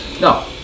No